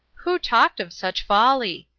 who talked of such folly?